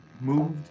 moved